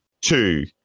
Two